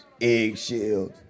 eggshells